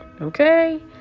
okay